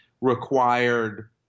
required